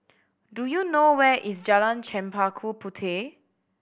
do you know where is Jalan Chempaka Puteh